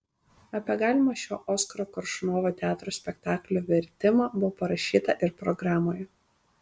apie galimą šio oskaro koršunovo teatro spektaklio vertimą buvo parašyta ir programoje